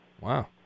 Wow